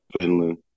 Finland